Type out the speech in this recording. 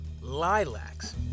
Lilacs